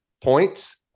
points